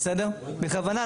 בכוונה,